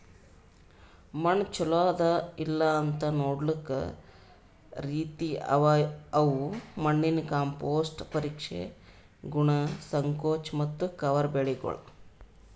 ಮಣ್ಣ ಚಲೋ ಅದಾ ಇಲ್ಲಾಅಂತ್ ನೊಡ್ಲುಕ್ ರೀತಿ ಅವಾ ಅವು ಮಣ್ಣಿನ ಕಾಂಪೋಸ್ಟ್, ಪರೀಕ್ಷೆ, ಗುಣ, ಸಂಕೋಚ ಮತ್ತ ಕವರ್ ಬೆಳಿಗೊಳ್